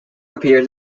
appeared